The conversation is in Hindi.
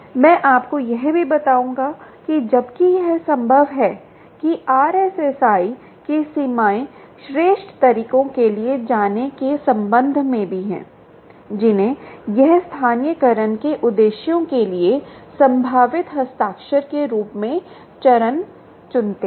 मैं आपको यह भी बताऊंगा कि जबकि यह संभव है कि RSSI की सीमाएँ श्रेष्ठ तरीकों के लिए जाने के संबंध में भी हैं जिन्हें हम स्थानीयकरण के उद्देश्यों के लिए संभावित हस्ताक्षर के रूप में चरण चुनते हैं